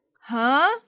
Huh